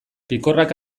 pikorrak